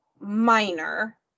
minor